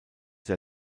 der